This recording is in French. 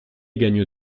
gagne